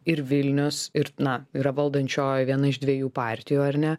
ir vilnius ir na yra valdančioji viena iš dviejų partijų ar ne